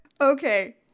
Okay